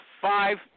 five